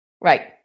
Right